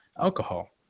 alcohol